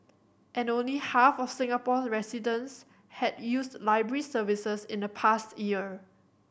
and only half of Singapore residents had used library services in the past year